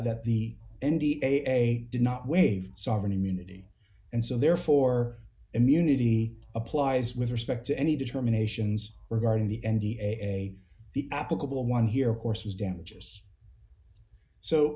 that the n p a a did not waive sovereign immunity and so therefore immunity applies with respect to any determinations regarding the n d a the applicable one here course was damages so